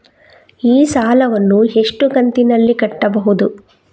ಈ ಸಾಲವನ್ನು ಎಷ್ಟು ಕಂತಿನಲ್ಲಿ ಕಟ್ಟಬಹುದು?